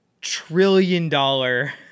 trillion-dollar